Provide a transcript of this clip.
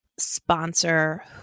Sponsor